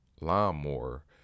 lawnmower